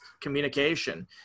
communication